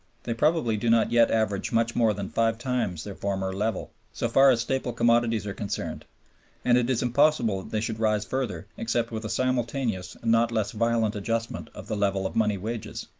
they probably do not yet average much more than five times their former level, so far as staple commodities are concerned and it is impossible that they should rise further except with a simultaneous and not less violent adjustment of the level of money wages.